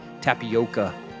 tapioca